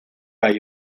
hay